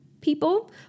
people